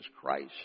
Christ